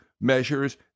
measures